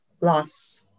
loss